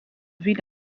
villes